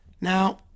now